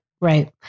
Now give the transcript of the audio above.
right